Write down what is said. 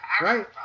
Right